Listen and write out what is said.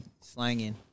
slanging